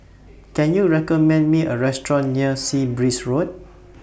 Can YOU recommend Me A Restaurant near Sea Breeze Road